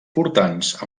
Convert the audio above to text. portants